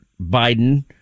Biden